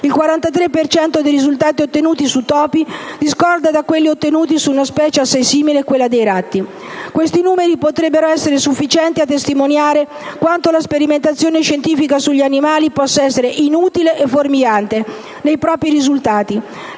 cento dei risultati ottenuti sui topi discorda da quelli ottenuti su una specie assai simile come quella dei ratti. Questi numeri potrebbero essere già sufficienti a testimoniare quanto la sperimentazione scientifica sugli animali possa essere inutile e fuorviante nei propri risultati.